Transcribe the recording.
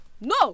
No